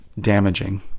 damaging